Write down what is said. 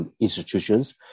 Institutions